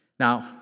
Now